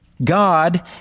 God